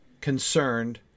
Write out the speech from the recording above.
concerned